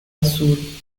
azul